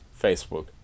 Facebook